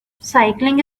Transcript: cycling